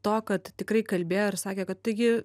to kad tikrai kalbėjo ir sakė kad taigi